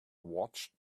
watched